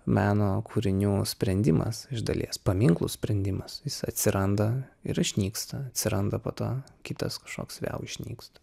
meno kūrinių sprendimas iš dalies paminklų sprendimas jis atsiranda ir išnyksta atsiranda po to kitas kažkoks vėl išnyksta